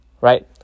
right